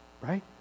Right